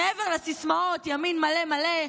מעבר לסיסמאות ימין מלא מלא,